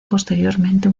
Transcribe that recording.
posteriormente